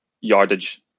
yardage